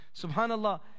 Subhanallah